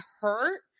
hurt